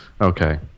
Okay